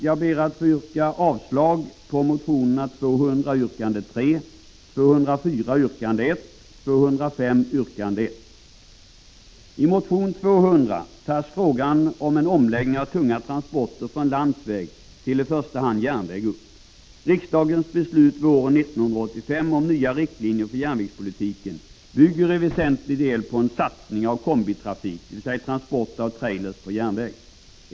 Jag ber att få yrka avslag på motionerna 200 yrkande 3, 204 yrkande 1 och 205 yrkande 1. I motion 200 tas frågan om en omläggning av tunga transporter från landsväg till i första hand järnväg upp. Riksdagens beslut våren 1985 om nya riktlinjer för järnvägspolitiken bygger i väsentlig del på en satsning på kombitrafik, dvs. transport av trailrar på järnväg.